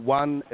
one